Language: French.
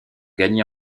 gagné